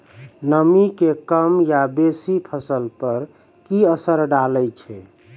नामी के कम या बेसी फसल पर की असर डाले छै?